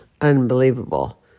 unbelievable